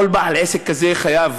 כל בעל עסק כזה חייב